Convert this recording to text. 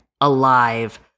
alive